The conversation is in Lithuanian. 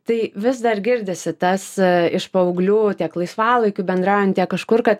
tai vis dar girdisi tas iš paauglių tiek laisvalaikiu bendraujant tiek kažkur kad